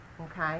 okay